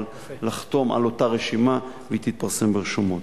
לחתום על אותה רשימה והיא תתפרסם ברשומות.